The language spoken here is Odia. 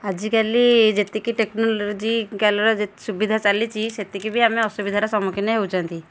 ଆଜିକାଲି ଯେତିକି ଟେକ୍ନୋଲୋଜିକାଲ୍ର ସୁବିଧା ଚାଲିଛି ସେତିକି ବି ଆମେ ଅସୁବିଧାର ସମ୍ମୁଖୀନ ହେଉଛନ୍ତି